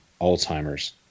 Alzheimer's